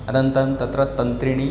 अनन्तरं तत्र तन्त्रिणी